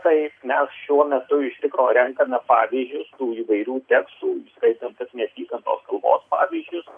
taip nes šiuo metu iš tikro renkame pavyzdžius tų įvairių tekstų įskaitant neapykantos kalbos pavyzdžius